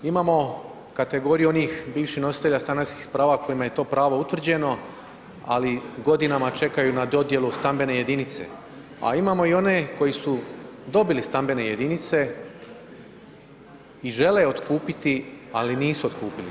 Imamo kategoriju onih bivših nositelja stanarskih prava kojima je to pravo utvrđeno ali godinama čekaju na dodjelu stambene jedinice a imamo i one koji su dobili stambene jedinice i žele otkupiti ali nisu otkupili.